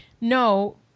No